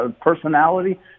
personality